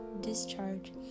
discharge